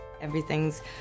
Everything's